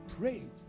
prayed